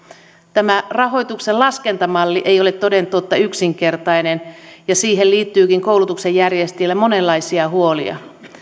tämä rahoituksen laskentamalli ei ole toden totta yksinkertainen ja siihen liittyykin koulutuksen järjestäjillä monenlaisia huolia